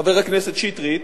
חבר הכנסת שטרית,